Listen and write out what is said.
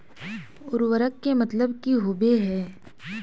उर्वरक के मतलब की होबे है?